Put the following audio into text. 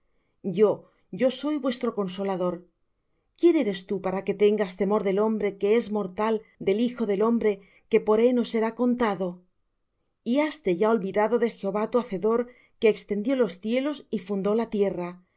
yo yo soy vuestro consolador quién eres tú para que tengas temor del hombre que es mortal del hijo del hombre que por heno será contado y haste ya olvidado de jehová tu hacedor que extendió los cielos y fundó la tierra y